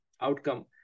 outcome